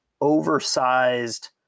oversized